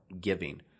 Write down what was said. giving